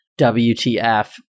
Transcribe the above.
WTF